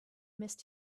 missed